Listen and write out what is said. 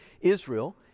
Israel